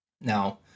Now